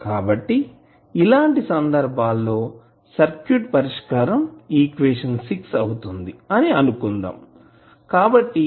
కాబట్టి ఇలాంటి సందర్భాల్లో సర్క్యూట్ పరిష్కారం ఈక్వేషన్ అవుతుంది అని అనుకుందాం